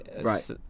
Right